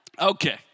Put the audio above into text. okay